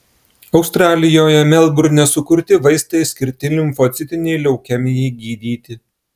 australijoje melburne sukurti vaistai skirti limfocitinei leukemijai gydyti